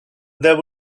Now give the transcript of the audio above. there